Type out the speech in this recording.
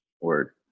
Word